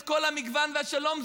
את כל המגוון והשלום.